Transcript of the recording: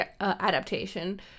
adaptation